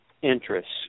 interests